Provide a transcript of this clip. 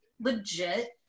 legit